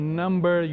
number